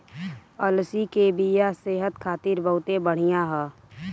अलसी के बिया सेहत खातिर बहुते बढ़िया ह